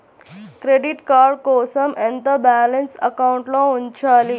Credit card కోసం ఎంత balance అకౌంట్లో ఉంచాలి?